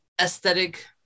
aesthetic